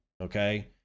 Okay